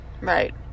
Right